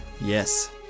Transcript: Yes